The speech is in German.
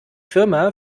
firma